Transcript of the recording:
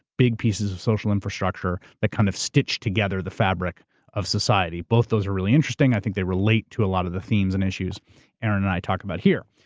big pieces of social infrastructure that kind of stitch together the fabric of society. both those are really interesting, i think they relate to a lot of the themes and issues aaron and i talk about here.